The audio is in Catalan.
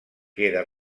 queda